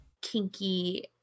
kinky